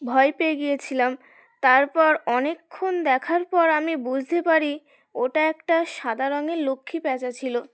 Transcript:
ভয় পেয়ে গিয়েছিলাম তারপর অনেকক্ষণ দেখার পর আমি বুঝতে পারি ওটা একটা সাদা রঙের লক্ষ্মী প্যাঁচা ছিল